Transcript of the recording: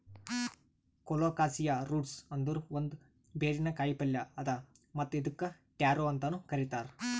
colocasia roots ಅಂದುರ್ ಒಂದ್ ಬೇರಿನ ಕಾಯಿಪಲ್ಯ್ ಅದಾ ಮತ್ತ್ ಇದುಕ್ ಟ್ಯಾರೋ ಅಂತನು ಕರಿತಾರ್